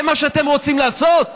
זה מה שאתם רוצים לעשות,